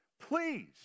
Please